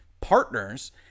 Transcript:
partners